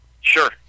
Sure